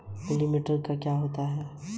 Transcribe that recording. ब्याज दर क्या है?